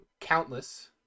countless